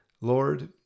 Lord